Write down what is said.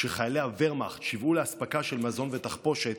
כשחיילי הוורמאכט שיוועו לאספקה של מזון ותחמושת,